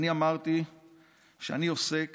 ואני אמרתי שאני עוסק